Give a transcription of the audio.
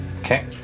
Okay